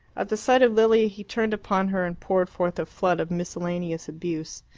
at the sight of lilia he turned upon her and poured forth a flood of miscellaneous abuse.